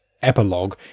epilogue